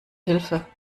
hilfe